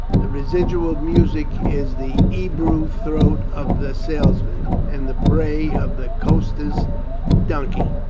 the residual music is the ebrew throat of the salesman and the bray of the coster's donkey.